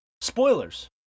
spoilers